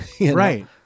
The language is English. Right